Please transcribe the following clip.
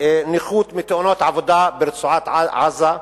נכות מתאונות עבודה ברצועת-עזה.